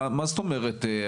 מה זאת אומרת,